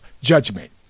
judgment